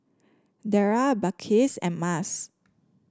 Dara Balqis and Mas